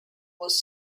was